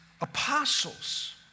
Apostles